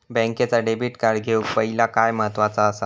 बँकेचा debit card घेउक पाहिले काय महत्वाचा असा?